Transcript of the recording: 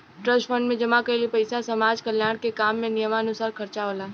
trust fund में जमा कईल पइसा समाज कल्याण के काम में नियमानुसार खर्चा होला